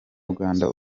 uganda